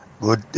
good